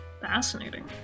fascinating